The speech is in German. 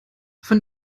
von